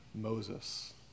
Moses